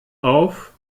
auf